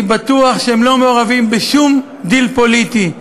אני בטוח שהם לא מעורבים בשום דיל פוליטי.